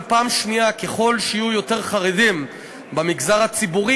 אבל גם ככל שיהיו יותר חרדים במגזר הציבורי,